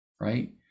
right